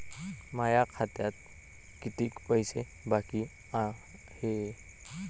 माया खात्यात कितीक पैसे बाकी हाय?